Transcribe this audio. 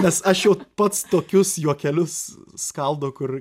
nes aš jau pats tokius juokelius skaldau kur